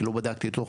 כי לא בדקתי לצורך